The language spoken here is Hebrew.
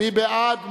מי בעד?